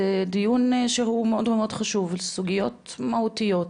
זה דיון שהוא מאוד מאוד חשוב, סוגיות מהותיות.